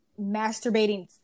masturbating